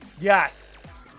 Yes